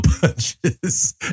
punches